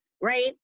right